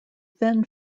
then